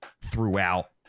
throughout